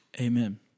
Amen